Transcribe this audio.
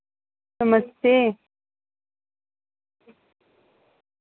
नमस्ते